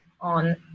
on